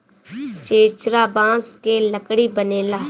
चेचरा बांस के लकड़ी बनेला